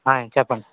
చెప్పండి